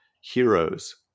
heroes